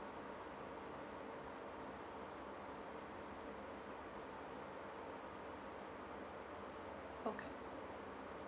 okay